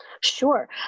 Sure